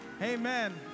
Amen